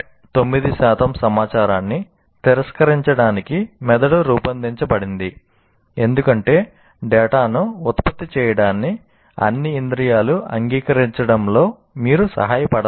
9 శాతం సమాచారాన్ని తిరస్కరించడానికి మెదడు రూపొందించబడింది ఎందుకంటే డేటాను ఉత్పత్తి చేయడాన్ని అన్ని ఇంద్రియాలు అంగీకరించడంలో మీరు సహాయపడలేరు